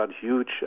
huge